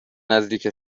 نزدیک